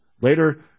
later